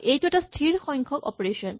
এইটো এটা স্হিৰ সংখ্যক অপাৰেচন